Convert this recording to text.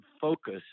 focus